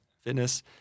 Fitness